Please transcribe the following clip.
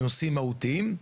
בנושאים מהותיים.